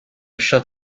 short